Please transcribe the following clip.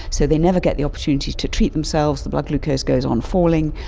so they never get the opportunity to treat themselves, the blood glucose goes on falling,